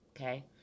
Okay